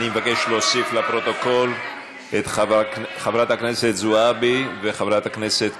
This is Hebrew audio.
אני מבקש להוסיף לפרוטוקול את חברת הכנסת זועבי וחברת הכנסת קורן.